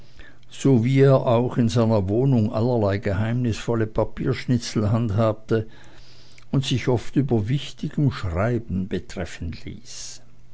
so wie er auch in seiner wohnung allerlei geheimnisvolle papierschnitzel handhabte und sich oft über wichtigem schreiben betreffen ließ